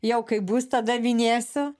jau kaip bus tada minėsiu